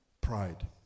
Pride